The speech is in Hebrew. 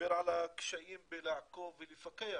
על הקשיים בלעקוב ולפקח,